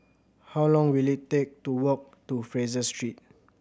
how long will it take to walk to Fraser Street